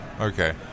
Okay